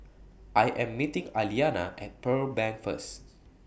I Am meeting Aliana At Pearl Bank First